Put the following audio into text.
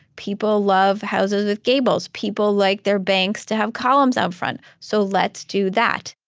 people love houses with gables. people like their banks to have columns up front. so let's do that.